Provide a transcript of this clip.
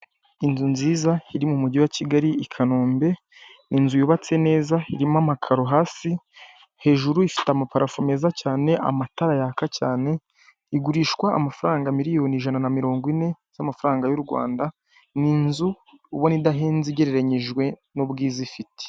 Inzu nziza iri mu mujyi wa Kigali i Kanombe, ni inzu yubatse neza irimo amakaro hasi, hejuru ifite amaparafo meza cyane amatara yaka cyane, igurishwa amafaranga miliyoni ijana na mirongo ine z'amafaranga y'u Rwanda, ni inzu ubona idahenze igereranyijwe n'ubwiza ifite.